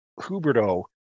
Huberto